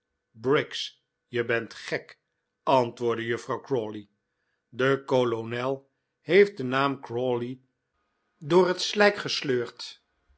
briggs je bent gek antwoordde juffrouw crawley de kolonel heeft den naam crawley door het slijk gesleurd